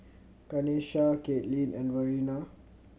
Kanesha Caitlin and Verena